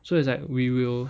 so it's like we will